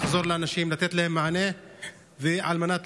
לחזור אל האנשים ולתת להם מענה על מנת